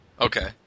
Okay